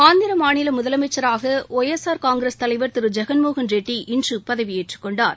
ஆந்திர மாநில முதலமைச்சராக Y S R Congress தலைவர் திரு ஜெகன்மோகன் ரெட்டி இன்று பதவியேற்றுக் கொணடார்